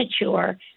mature